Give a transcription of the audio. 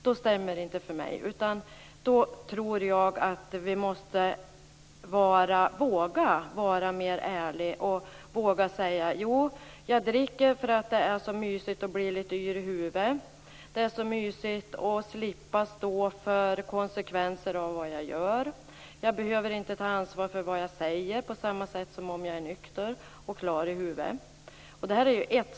Det stämmer inte för mig. Jag tror att vi måste våga vara mer ärliga och säga: Jo, jag dricker för att det är så mysigt att bli lite yr i huvudet. Det är så mysigt att slippa stå för konsekvenserna av vad jag gör. Jag behöver inte ta ansvar för vad jag säger på samma sätt som när jag är nykter och klar i huvudet.